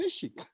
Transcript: fishing